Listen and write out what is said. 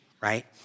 right